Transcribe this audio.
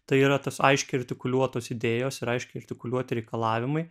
tai yra tos aiškiai artikuliuotos idėjos ir aiškiai artikuliuoti reikalavimai